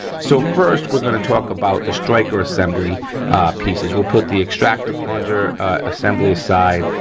so first, we're gonna talk about the striker assembly pieces. we'll put the extractor plunger assembly aside.